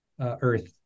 Earth